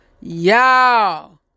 y'all